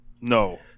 No